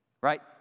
Right